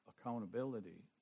accountability